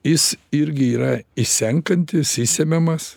jis irgi yra išsenkantis išsemiamas